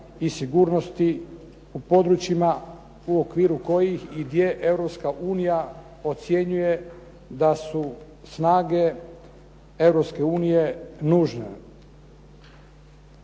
i sigurnosti u područjima u okviru kojih i gdje Europska unija ocjenjuje da su snage Europske